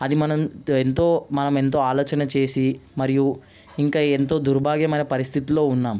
అది మనం ఎంతో మనం ఎంతో ఆలోచన చేసి మరియు ఇంకా ఎంతో దౌర్భాగ్యమైన పరిస్థితుల్లో ఉన్నాం